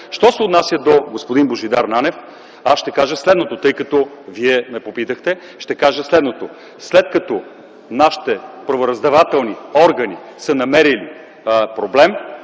Що се отнася до господин Божидар Нанев аз ще кажа следното, тъй като Вие ме попитахте, ще кажа следното – след като нашите правораздавателни органи са намерили проблем